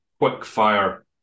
quick-fire